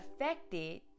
affected